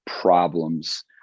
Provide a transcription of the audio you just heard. problems